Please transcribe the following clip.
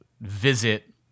visit